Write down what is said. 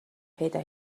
پیدا